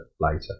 later